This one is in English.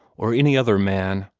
or any other man.